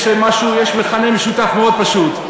יש להם משהו, יש מכנה משותף מאוד פשוט: